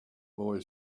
boy